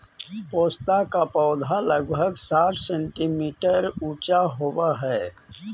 पोस्ता का पौधा लगभग साठ सेंटीमीटर ऊंचा होवअ हई